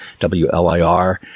WLIR